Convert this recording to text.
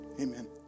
Amen